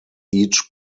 each